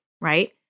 Right